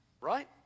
right